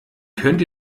könnt